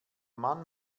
mann